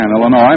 Illinois